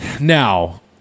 Now